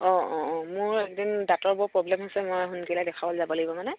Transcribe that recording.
অঁ অঁ অঁ মোৰ এইকেইদিন দাঁতৰ বৰ প্ৰব্লেম হৈছে মই সোনকালে দেখুৱাবলৈ যাব লাগিব মানে